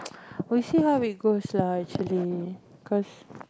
we see how it goes lah actually cause